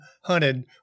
hunted